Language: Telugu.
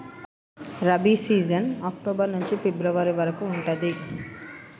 రబీ సీజన్ అక్టోబర్ నుంచి ఫిబ్రవరి వరకు ఉంటది